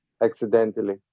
accidentally